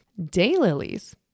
Daylilies